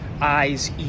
eyes